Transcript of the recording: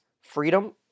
freedom